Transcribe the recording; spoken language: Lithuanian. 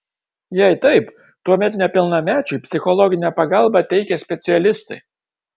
jei taip tuomet nepilnamečiui psichologinę pagalbą teikia specialistai